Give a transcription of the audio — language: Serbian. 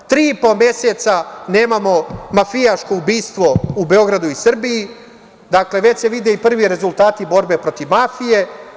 Tri i po meseca nemamo mafijaško ubistvo u Beogradu i Srbiji, dakle, već se vide i prvi rezultati borbe protiv mafije.